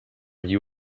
you